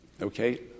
Okay